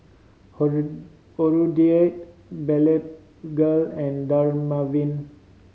Hirudoid Blephagel and Dermaveen